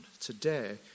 Today